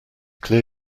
clear